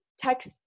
text